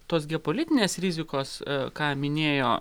tos geopolitinės rizikos ką minėjo